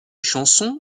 chansons